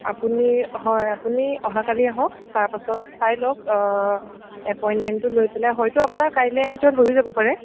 আপুনি হয় আপুনি অহাকালিয়ে আহক তাৰপাছত চাই লওঁক এপইণ্টমেণ্টটো লৈ পেলাই হয়তো আপোনাৰ কাইলৰ ভিতৰত হৈও যাব পাৰে